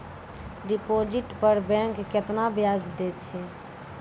Deposit पर bank केतना ब्याज दै छै?